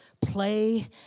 Play